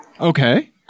okay